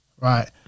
Right